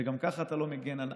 וגם ככה אתה לא נותן הגנה.